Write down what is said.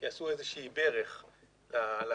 כי עשו איזושהי ברך לקו,